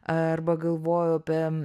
arba galvoju apie